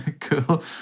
Cool